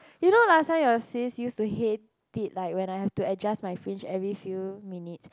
you know last time your sis use to hate it like when I have to adjust my fringe every few minute